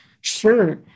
Sure